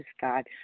God